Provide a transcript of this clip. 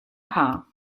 paar